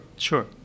Sure